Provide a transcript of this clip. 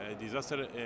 disaster